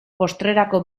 postrerako